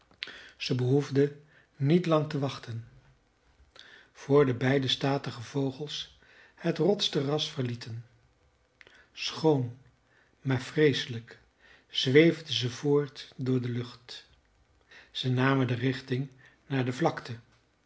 ze behoefde niet lang te wachten voor de beide statige vogels het rotsterras verlieten schoon maar vreeselijk zweefden ze voort door de lucht ze namen de richting naar de vlakte